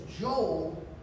Joel